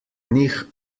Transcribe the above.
nicht